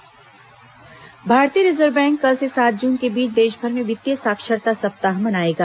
reserve bank साक्षरता सप्ताह भारतीय रिजर्व बैंक कल से सात जून के बीच देशभर में वित्तीय साक्षरता सप्ताह मनाएगा